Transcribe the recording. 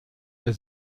der